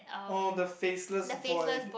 oh the faceless void